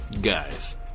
Guys